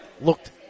looked